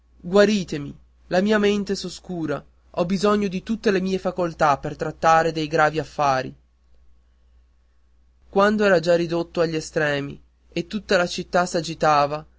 guaritemi la mia mente s'oscura ho bisogno di tutte le mie facoltà per trattare dei gravi affari quando era già ridotto agli estremi e tutta la città s'agitava